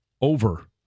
over